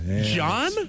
John